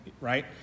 right